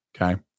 Okay